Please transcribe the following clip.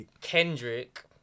Kendrick